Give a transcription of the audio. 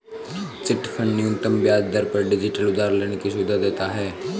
chit fund न्यूनतम ब्याज दर पर डिजिटल उधार लेने की सुविधा देता है